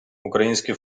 українські